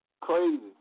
Crazy